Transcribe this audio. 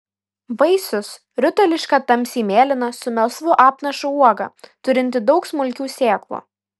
vaisius rutuliška tamsiai mėlyna su melsvu apnašu uoga turinti daug smulkių sėklų